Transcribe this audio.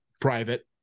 private